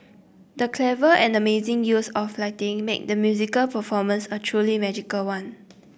the clever and amazing use of lighting made the musical performance a truly magical one